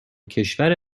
کشور